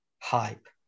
hype